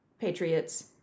patriots